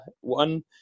One